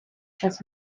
час